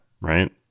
right